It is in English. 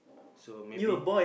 so maybe